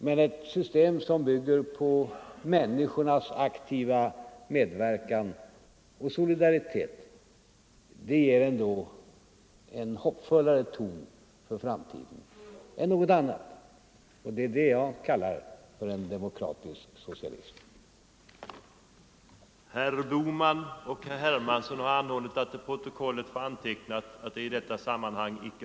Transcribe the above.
Men ett system som bygger på människornas aktiva medverkan och solidaritet ger en hoppfullare ton för framtiden än något annat, och det är det jag kallar för en demokratisk socialism. Her